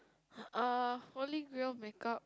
err holy grail make up